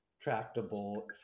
tractable